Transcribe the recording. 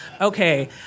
Okay